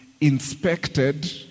inspected